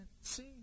see